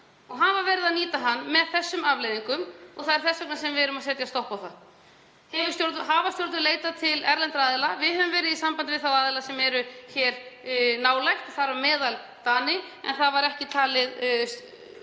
og hafa verið að nýta hann með þessum afleiðingum og það er þess vegna sem við erum að setja stopp á það. Hafa stjórnvöld leitað til erlendra aðila? Við höfum verið í sambandi við þá aðila sem eru nálægt okkur, þar á meðal Dani. En það var ekki talið